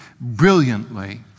brilliantly